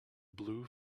blue